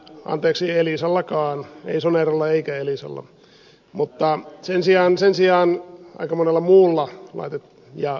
anteeksi elisallakaan ei soneralla eikä elisalla mutta sen sijaan aika monella muulla laite ja ohjelmistotoimittajalla on